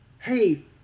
hey